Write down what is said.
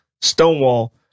Stonewall